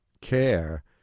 care